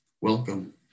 welcome